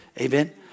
Amen